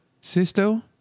Sisto